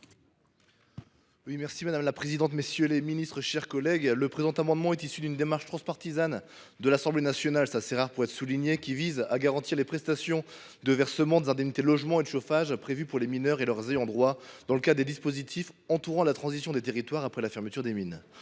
Hochart, pour présenter l’amendement n° II 537. Le présent amendement est issu d’une démarche transpartisane de l’Assemblée nationale – c’est assez rare pour être souligné –, qui vise à garantir les prestations de versement des indemnités de logement et de chauffage prévues pour les mineurs et leurs ayants droit dans le cadre des dispositifs accompagnant la transition des territoires après la fermeture des mines.